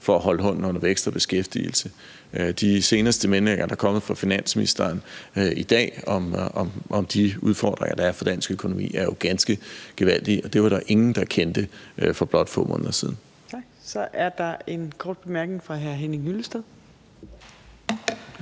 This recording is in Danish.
for at holde hånden under vækst og beskæftigelse. De seneste meldinger, der er kommet fra finansministeren i dag, viser jo, at udfordringerne for dansk økonomi er ganske gevaldige, og dem var der ingen der kendte for blot få måneder siden. Kl. 22:09 Fjerde næstformand (Trine Torp): Tak.